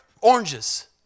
oranges